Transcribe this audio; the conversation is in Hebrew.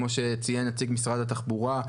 כמו שציין נציג משרד התחבורה,